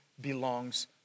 belongs